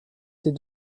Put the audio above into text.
ces